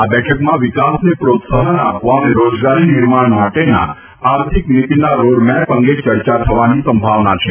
આ બેઠકમાં વિકાસને પ્રોત્સાહન આપવા અને રોજગારી નિર્માણ માટેના આર્થીક નિતિના રોડમેપ અંગે ચર્ચા થવાની સંભાવના છે